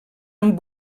amb